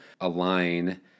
align